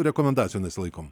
rekomendacijų nesilaikom